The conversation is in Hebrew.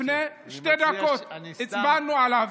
לפני שתי דקות הצבענו עליו.